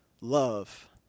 love